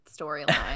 storyline